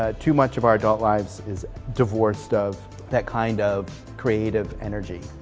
ah too much of our adult lives is divorced of that kind of creative energy.